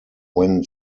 when